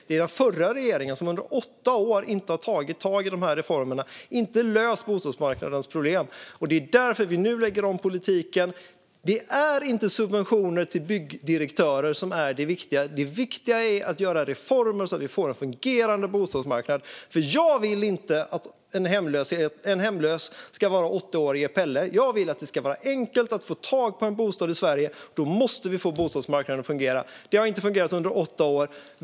Det är den förra regeringen som under åtta år inte har tagit tag i reformerna och inte löst bostadsmarknadens problem. Det är därför vi nu lägger om politiken. Det är inte subventioner till byggdirektörer som är det viktiga. Det viktiga är att göra reformer så att vi får en fungerande bostadsmarknad. Jag vill inte att en hemlös ska vara åttaåriga Pelle. Jag vill att det ska vara enkelt att få tag på en bostad i Sverige. Då måste vi få bostadsmarknaden att fungera. Den har inte fungerat under åtta år.